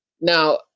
Now